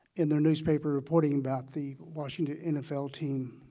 in their newspaper reporting about the washington nfl team.